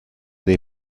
dei